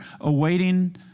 awaiting